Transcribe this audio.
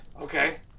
Okay